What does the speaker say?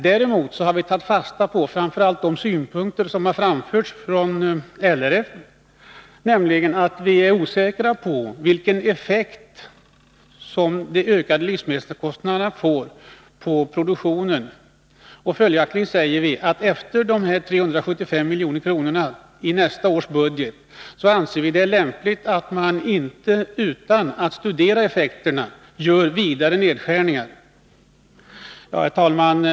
Vi har tagit fasta på framför allt de synpunkter som har framförts av LRF, när vi har sagt att vi är osäkra på vilken effekt de ökade livsmedelskostnaderna får på produktionen. Därför anser vi att man efter minskningen med 375 miljoner i nästa års budget inte utan att studera effekterna skall göra vidare nedskärningar. Herr talman!